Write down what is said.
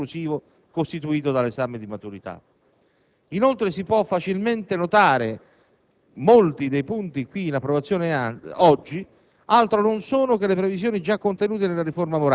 o anche solo sul fondamentale passaggio conclusivo, costituito dall'esame di maturità. Inoltre, si può facilmente notare come molti dei punti qui in approvazione oggi